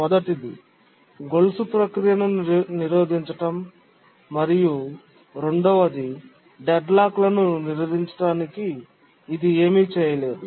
మొదటిది గొలుసు ప్రక్రియను నిరోధించడం మరియు రెండవది డెడ్లాక్లను నిరోధించడానికి ఇది ఏమీ చేయలేదు